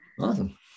awesome